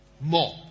more